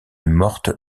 morte